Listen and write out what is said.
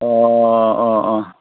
अ अ अ